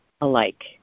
alike